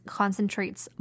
concentrates